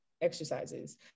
exercises